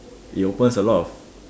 it opens a lot of